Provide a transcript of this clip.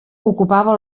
ocupava